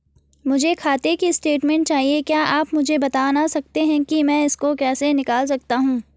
मुझे खाते की स्टेटमेंट चाहिए क्या आप मुझे बताना सकते हैं कि मैं इसको कैसे निकाल सकता हूँ?